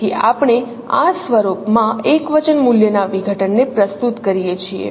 તેથી આપણે આ સ્વરૂપ માં એકવચન મૂલ્યના વિઘટનને પ્રસ્તુત કરીએ છીએ